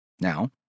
Now